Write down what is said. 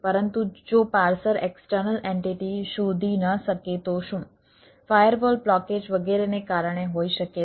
પરંતુ જો parser external entity શોધી ન શકે તો શું ફાયરવોલ બ્લોકેજ વગેરેને કારણે હોઈ શકે છે